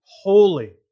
holy